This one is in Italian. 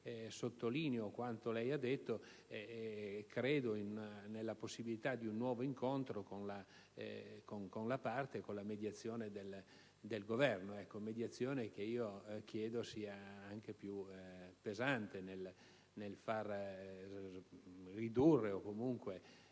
sottolineo quanto lei ha detto: credo nella possibilità di un nuovo incontro con l'azienda, con la mediazione del Governo; mediazione che chiedo sia anche più pesante per far eliminare o comunque